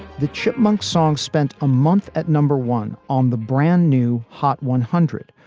the chipmunk song spent a month at number one on the brand new hot one hundred,